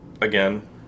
again